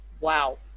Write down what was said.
Wow